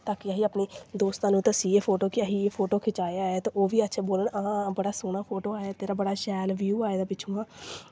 ताकि असीं अपने दोस्तां नू दस्सिये फोटो कि असें एह् फोटो खचाया ऐ ते ओह् बी अच्छे बोलन हां बड़ा सोह्ना फोटो आया तेरा बड़ा शैल व्यू आए दा पिच्छों दा